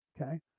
Okay